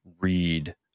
read